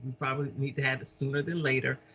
probably need to have the sooner than later,